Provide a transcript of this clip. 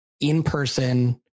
in-person